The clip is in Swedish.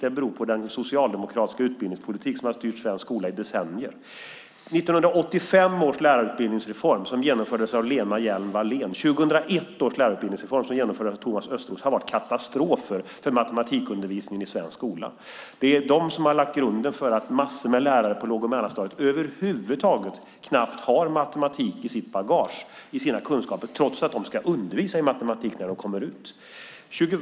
Det beror på den socialdemokratiska utbildningspolitik som har styrt svensk skola i decennier. 1985 års lärarutbildningsreform, som genomfördes av Lena Hjelm-Wallén, och 2001 års lärarutbildningsreform, som genomfördes av Thomas Östros, har varit katastrofer för matematikundervisningen i svensk skola. Det är de som har lagt grunden för att massor av lärare på låg och mellanstadiet knappt har några matematikkunskaper i sitt bagage, trots att de ska undervisa i matematik när de kommer ut.